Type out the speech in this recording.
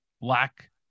Black